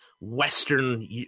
Western